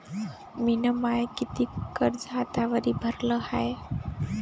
मिन माय कितीक कर्ज आतावरी भरलं हाय?